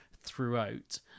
throughout